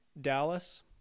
Dallas